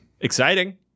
Exciting